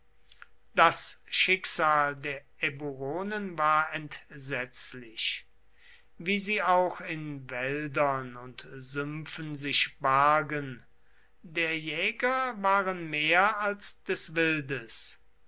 das schicksal der eburonen war entsetzlich wie sie auch in wäldern und sümpfen sich bargen der jäger waren mehr als des wildes